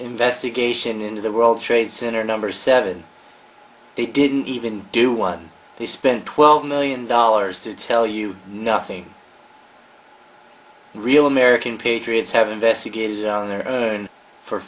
investigation into the world trade center number seven they didn't even do one they spent twelve million dollars to tell you nothing real american patriots have investigated on their own for